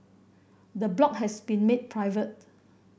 the blog has been made private